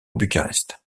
bucarest